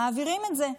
מעבירים את זה.